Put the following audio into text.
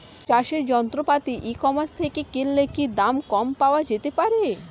চাষের যন্ত্রপাতি e commerce থেকে কিনলে কি দাম কম পাওয়া যেতে পারে?